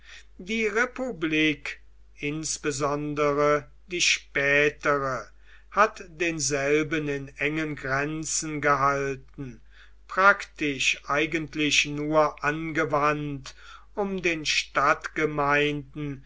die republik insbesondere die spätere hat denselben in engen grenzen gehalten praktisch eigentlich nur angewandt um den